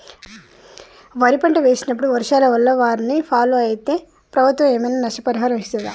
వరి పంట వేసినప్పుడు వర్షాల వల్ల వారిని ఫాలో అయితే ప్రభుత్వం ఏమైనా నష్టపరిహారం ఇస్తదా?